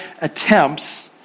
attempts